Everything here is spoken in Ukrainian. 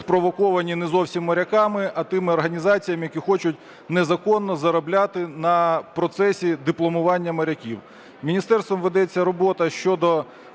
спровоковані не зовсім моряками, а тими організаціями, які хочуть незаконно заробляти на процесі дипломування моряків. Міністерством ведеться робота щодо